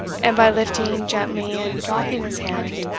and, by lifting gently and dropping his hand,